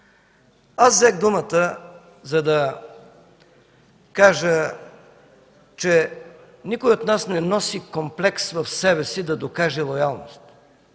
Взех думата, за да кажа, че никой от нас не носи комплекс в себе си да докаже лоялност.